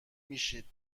میشید